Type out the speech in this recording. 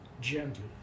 gently